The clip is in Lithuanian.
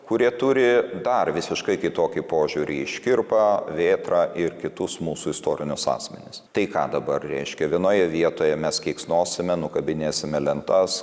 kurie turi dar visiškai kitokį požiūrį į škirpą vėtrą ir kitus mūsų istorinius asmenis tai ką dabar reiškia vienoje vietoje mes keiksnosime nukabinėsime lentas